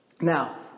Now